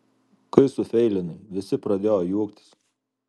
kai sufeilinai visi pradėjo juoktis